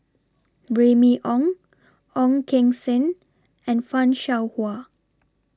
Remy Ong Ong Keng Sen and fan Shao Hua